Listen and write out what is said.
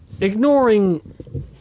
ignoring